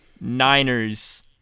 Niners